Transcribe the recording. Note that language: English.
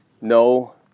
No